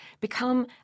become